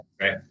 right